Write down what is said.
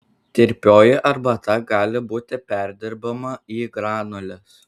tirpioji arbata gali būti perdirbama į granules